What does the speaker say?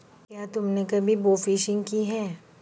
क्या तुमने कभी बोफिशिंग की है?